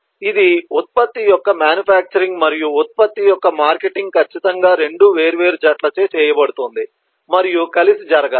ఇది ఉత్పత్తి యొక్క మ్యానుఫ్యాక్చరింగ్ మరియు ఉత్పత్తి యొక్క మార్కెటింగ్ ఖచ్చితంగా రెండు వేర్వేరు జట్లచే చేయబడుతుంది మరియు కలిసి జరగాలి